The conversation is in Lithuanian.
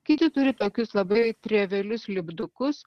kiti turi tokius labai trevialius lipdukus